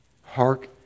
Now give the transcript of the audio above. Hark